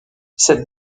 cette